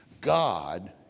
God